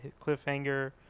cliffhanger